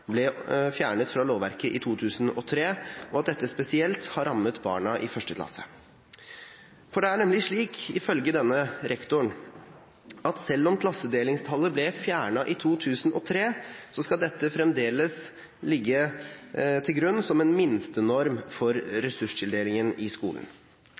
ble fjernet fra lovverket i 2003, og at dette spesielt har rammet barna i 1. klasse. Det er nemlig ifølge denne rektoren slik at selv om klassedelingstallet ble fjernet i 2003, skal dette fremdeles ligge til grunn som en minstenorm for ressurstildelingen i skolen.